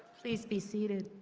please be seated.